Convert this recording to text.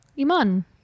Iman